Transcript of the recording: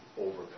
overcome